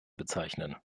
bezeichnen